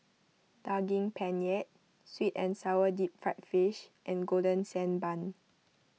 Daging Penyet Sweet and Sour Deep Fried Fish and Golden Sand Bun